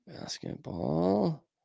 basketball